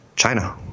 China